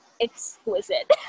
exquisite